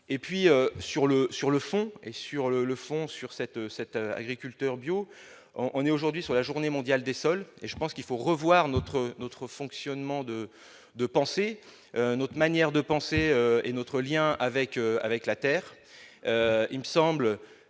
sur le sur le fond et sur le le fond sur cette cette agriculteur bio, on est aujourd'hui sur la journée mondiale des sols et je pense qu'il faut revoir notre notre fonctionnement de de penser notre manière de penser et notre lien avec avec